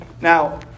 now